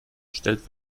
stellt